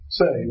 say